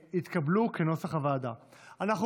כנוסח הוועדה, התקבלו.